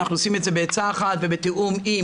אנחנו עושים את זה בעצה אחת ובתיאום עם